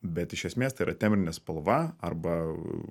bet iš esmės tai yra teminė spalva arba